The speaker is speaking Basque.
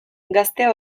gaztea